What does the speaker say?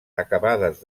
acabades